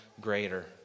greater